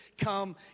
come